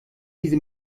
diese